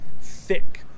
thick